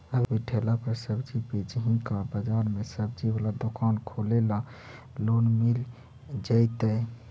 अभी ठेला पर सब्जी बेच ही का बाजार में ज्सबजी बाला दुकान खोले ल लोन मिल जईतै?